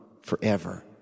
forever